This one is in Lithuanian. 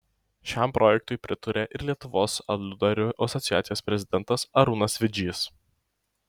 šiam projektui pritaria ir lietuvos aludarių asociacijos prezidentas arūnas vidžys